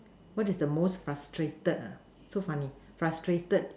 what is the most frustrated ah so funny frustrated